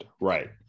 Right